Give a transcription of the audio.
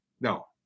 no